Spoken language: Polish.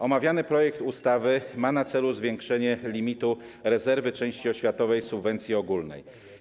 Omawiany projekt ustawy ma na celu zwiększenie limitu rezerwy części oświatowej subwencji ogólnej.